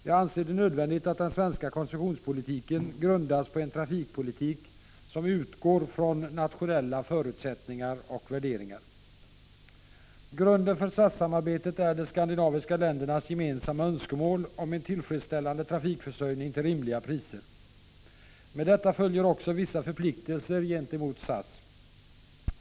Jag anser det nödvändigt att den svenska koncessionspolitiken grundas på en trafikpolitik som utgår från nationella förutsättningar och värderingar. Grunden för SAS-samarbetet är de skandinaviska ländernas gemensamma önskemål om en tillfredsställande trafikförsörjning till rimliga priser. Med detta följer också vissa förpliktelser gentemot SAS.